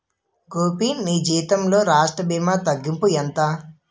గోపీ నీ జీతంలో రాష్ట్ర భీమా తగ్గింపు ఎంత